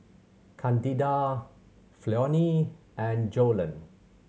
Candida Flonnie and Joellen